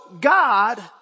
God